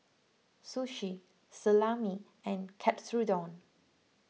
Sushi Salami and Katsudon